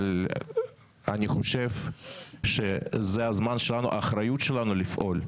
אבל אני חושב שזה הזמן שלנו, האחריות שלנו לפעול.